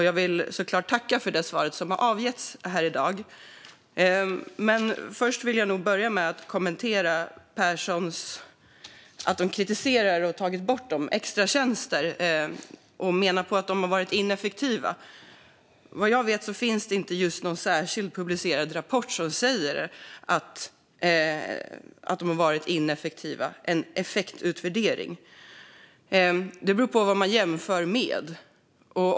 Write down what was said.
Jag vill såklart tacka för det svar som avgetts här i dag, men jag vill ändå börja med att kommentera att Pehrson kritiserar extratjänsterna, som man tagit bort, och menar att de har varit ineffektiva. Men vad jag vet finns det inte någon särskild publicerad rapport eller någon effektutvärdering som säger att de har varit ineffektiva. Det beror ju på vad man jämför med.